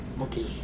Okay